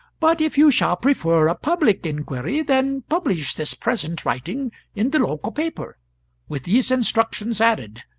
but if you shall prefer a public inquiry, then publish this present writing in the local paper with these instructions added,